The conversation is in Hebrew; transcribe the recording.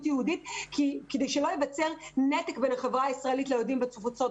יהודית כדי שלא ייווצר נתק בין החברה הישראלית ליהודים בתפוצות.